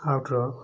ଆଉ ଟ୍ରକ୍